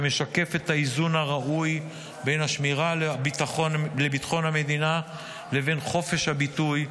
שמשקף את האיזון הראוי בין השמירה על ביטחון המדינה לבין חופש הביטוי,